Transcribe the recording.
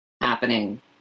happening